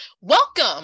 welcome